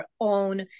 own